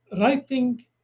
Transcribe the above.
writing